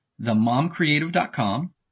themomcreative.com